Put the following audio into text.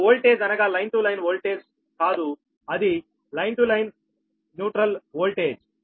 ఇక్కడ ఓల్టేజ్ అనగా line to line voltage కాదు అది లైన్ టు న్యూట్రల్ ఓల్టేజ్